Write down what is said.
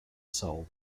solved